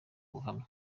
ubuhamya